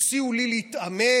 הציעו לי להתעמת,